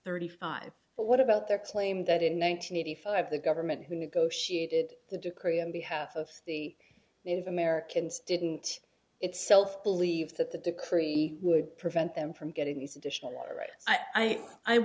thirty five but what about their claim that in one thousand eighty five the government who negotiated the decree on behalf of the if americans didn't itself believe that the decree would prevent them from getting these additional water rights i